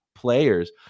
players